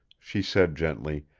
she said gently.